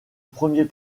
premier